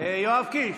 יואב קיש.